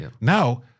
Now